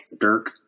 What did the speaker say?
Dirk